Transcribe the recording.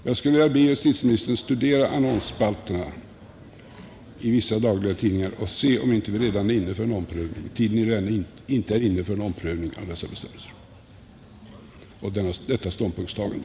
Jag skulle vilja be justitieministern att studera annonsspalterna i vissa dagliga tidningar för att se om inte tiden redan är inne för en omprövning av ståndpunktstagandet till en sådan bestämmelse.